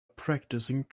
practicing